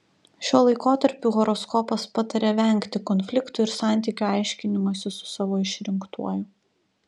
šiuo laikotarpiu horoskopas pataria vengti konfliktų ir santykių aiškinimosi su savo išrinktuoju